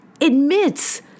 admits